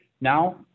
now